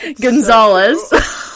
gonzalez